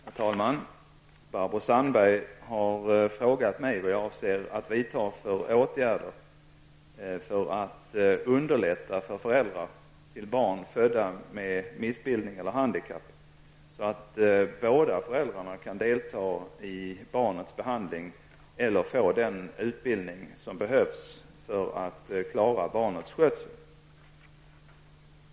Herr talman! Barbro Sandberg har frågat mig vad jag avser att vidta för åtgärder för att underlätta för föräldrar till barn födda med missbildning eller handikapp, så att båda föräldrarna kan delta i barnets behandling eller få den utbildning som behövs för att klara barnets skötsel.